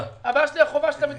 הבעיה שלי היא החובה שאתה מטיל.